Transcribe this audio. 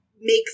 make